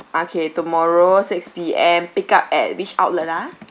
ah K tomorrow six P_M pick up at which outlet ah